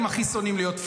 לא.